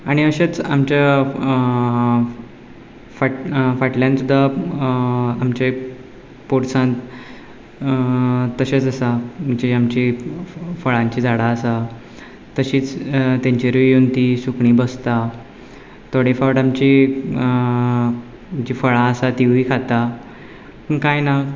आणी अशेच आमच्या फा फाटल्यान सुद्दां आमच्या पोरसान तशेंच आसा म्हणजे आमची फळांचीं झाडां आसा तशींच तांचेरूय येवन तीं सुकणीं बसता थोडे फावट आमची आमचीं फळां आसा तिवूय खाता काय ना